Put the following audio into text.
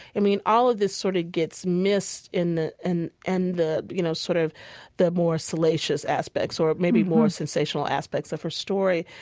i mean, all of this sort of gets missed in the, and and you know, sort of the more salacious aspects or maybe more sensational aspects of her story.